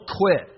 quit